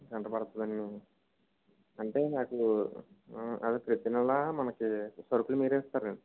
గంట పడద్దండి అంటే మాకు అదే ప్రతి నెలా మనకి సరుకులు మీరే ఇస్తారు